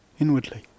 inwardly